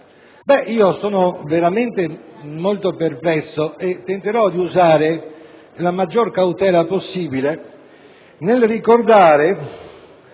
senatori, sono molto perplesso e tenterò di usare la maggior cautela possibile nel ricordare